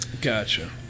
Gotcha